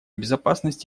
безопасность